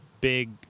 big